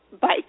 bike